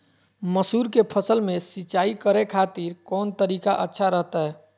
मसूर के फसल में सिंचाई करे खातिर कौन तरीका अच्छा रहतय?